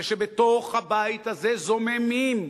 ושבתוך הבית הזה זוממים,